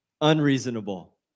unreasonable